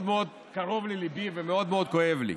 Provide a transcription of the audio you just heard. מאוד קרוב לליבי ומאוד מאוד כואב לי,